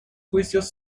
juicios